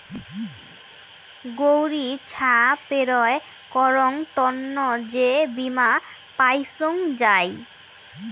গৌড়ি ছা পেরোয় করং তন্ন যে বীমা পাইচুঙ যাই